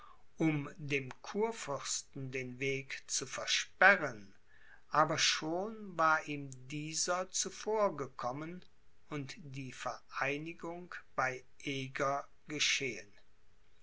um dem kurfürsten den weg zu versperren aber schon war ihm dieser zuvorgekommen und die vereinigung bei eger geschehen